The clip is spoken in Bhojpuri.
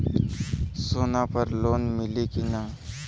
सोना पर लोन मिली की ना?